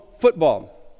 football